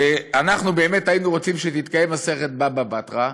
שאנחנו באמת היינו רוצים שתתקיים מסכת בבא בתרא,